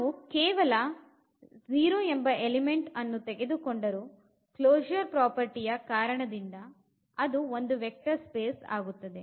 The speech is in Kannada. ನಾವು ಕೇವಲ 0 ಎಲಿಮೆಂಟ್ ಅನ್ನು ತೆಗೆದುಕೊಂಡರೂ ಕ್ಲೊಶೂರ್ ಪ್ರಾಪರ್ಟಿಯ ಕರಣದಿಂದ ಅದು ಒಂದು ವೆಕ್ಟರ್ ಸ್ಪೇಸ್ ಆಗುತ್ತದೆ